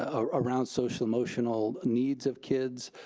ah around social emotional needs of kids.